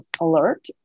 alert